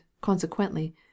consequently